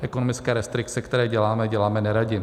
Ekonomické restrikce, které děláme, děláme neradi.